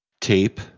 tape